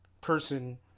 person